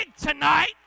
tonight